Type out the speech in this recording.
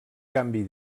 canvi